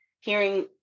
hearing